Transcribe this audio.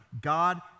God